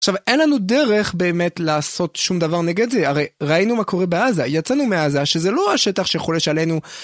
עכשיו אין לנו דרך באמת לעשות שום דבר נגד זה, הרי ראינו מה קורה בעזה, יצאנו מעזה שזה לא השטח שחולש עלינו.